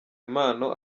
impano